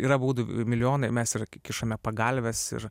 yra būdu milijonai mes ir kišame pagalves ir